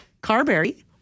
Carberry